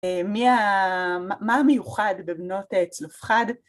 מה המיוחד בבנות צלופחד?